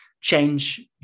change